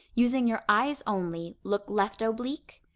using your eyes only, look left oblique,